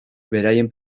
beraien